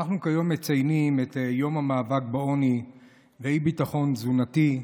אנחנו היום מציינים את יום המאבק בעוני ובאי-ביטחון תזונתי.